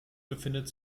befindet